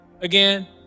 Again